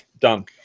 done